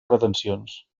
pretensions